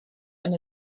and